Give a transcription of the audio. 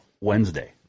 Wednesday